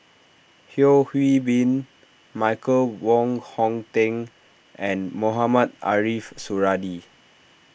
Yeo Hwee Bin Michael Wong Hong Teng and Mohamed Ariff Suradi